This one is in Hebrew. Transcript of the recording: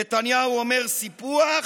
נתניהו אומר סיפוח,